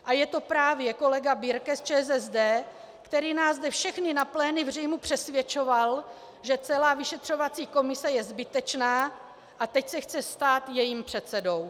A je to právě kolega Birke z ČSSD, který nás zde všechny na plénu v říjnu přesvědčoval, že celá vyšetřovací komise je zbytečná, a teď se chce stát jejím předsedou.